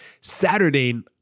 Saturday